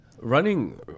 Running